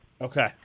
Okay